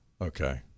okay